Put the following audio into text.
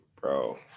bro